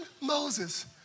Moses